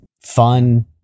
fun